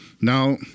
Now